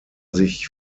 sich